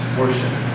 worship